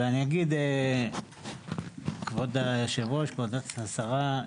אבל אני אגיד כבוד היו"ר כבוד השרה,